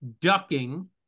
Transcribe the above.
ducking